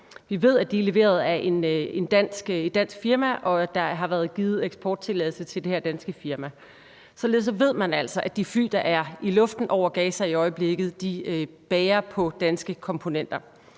i Gaza – er leveret af et dansk firma, og at der har været givet eksporttilladelse til det her danske firma. Således ved man altså, at de fly, der er i luften over Gaza i øjeblikket, bærer på danske komponenter.